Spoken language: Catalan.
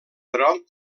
però